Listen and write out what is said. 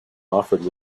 offered